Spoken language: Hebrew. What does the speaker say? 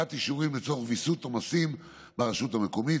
הארכת אישורים לצורך ויסות עומסים ברשות המקומית,